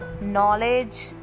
knowledge